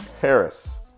Harris